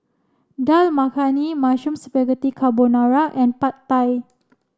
Dal Makhani Mushroom Spaghetti Carbonara and Pad Thai